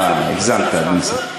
הגזמת, ניסן.